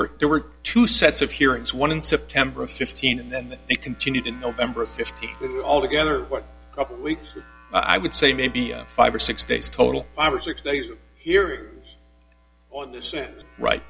were there were two sets of hearings one in september of fifteen and then he continued in november of fifty all together a couple weeks i would say maybe five or six days total five or six days here on the set right